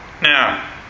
Now